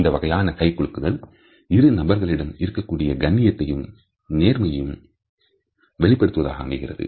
இந்த வகையான கை குலுக்குதல் இரு நபர்களிடம் இருக்கக்கூடிய கண்ணியத்தையும் நேர்மையையும் வெளிப்படுத்துவதாக அமைகிறது